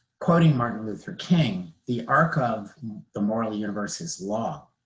quoting martin luther king, the arc of the moral universe is long,